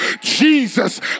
Jesus